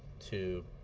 to